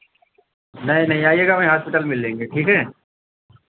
नहीं नहीं आइएगा वहीं हाॅस्पिटल में मिल लेंगे ठीक है